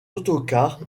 autocars